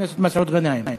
חבר הכנסת מסעוד גנאים.